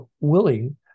willing